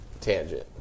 tangent